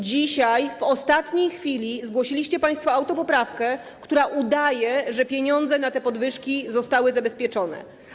Dzisiaj w ostatniej chwili zgłosiliście państwo autopoprawkę, która udaje, że pieniądze na te podwyżki zostały zabezpieczone.